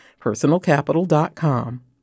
personalcapital.com